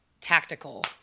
tactical